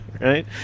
Right